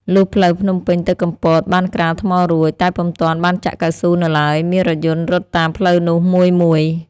លុះផ្លូវភ្នំពេញទៅកំពត បានក្រាលថ្មរួច តែពុំទាន់បានចាក់កៅស៊ូនៅឡើយ មានរថយន្តរត់តាមផ្លូវនោះមួយៗ